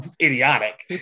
idiotic